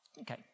okay